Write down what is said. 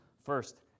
first